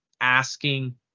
asking